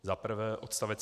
Za prvé, odst.